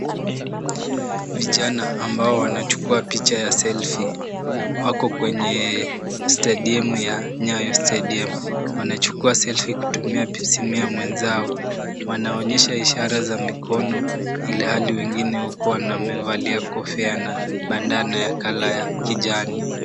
Vijana ambao wanachukua picha ya selfie. Wako kwenye stedium ya Nyayo stadium wanachukua selfie kutumia simu ya mwenzao. Wanaonyesha ishara za mikono ilhali wengine huku amevalia kofia na bandana ya kala ya kijani.